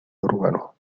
urbanos